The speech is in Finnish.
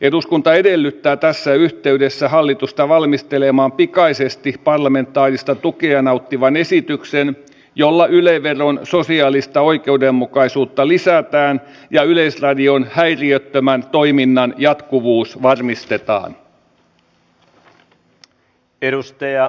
eduskunta edellyttää tässä yhteydessä hallitusta valmistelemaan pikaisesti parlamentaarista tukea nauttivan esityksen jolla yle veron sosiaalista oikeudenmukaisuutta lisätään ja yleisradion häiriöttömän toiminnan jatkuvuus varmistetaan